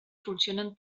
funcionen